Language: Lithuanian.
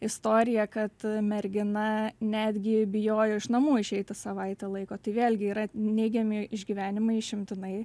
istorija kad mergina netgi bijojo iš namų išeiti savaitę laiko tai vėlgi yra neigiami išgyvenimai išimtinai